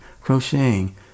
crocheting